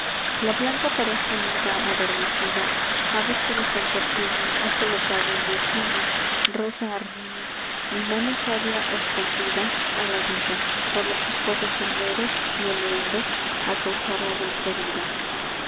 la blanca pareja anida adormecida aves que bajo el corpiño ha colocado el dios niño rosa armiño mi mano sabia os convida a la vida por los boscosos senderos viene eros a causar la dulce herida